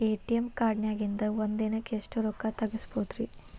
ATM ಕಾರ್ಡ್ನ್ಯಾಗಿನ್ದ್ ಒಂದ್ ದಿನಕ್ಕ್ ಎಷ್ಟ ರೊಕ್ಕಾ ತೆಗಸ್ಬೋದ್ರಿ?